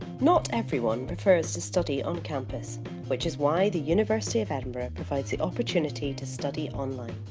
not everyone prefers to study on campus which is why the university of edinburgh provides the opportunity to study online.